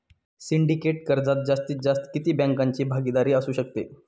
Syndicate कर्जात जास्तीत जास्त किती बँकांची भागीदारी असू शकते?